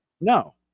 No